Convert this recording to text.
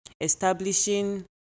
establishing